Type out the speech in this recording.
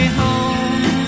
home